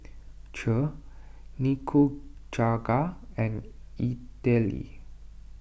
Kheer Nikujaga and Idili